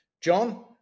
John